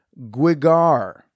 guigar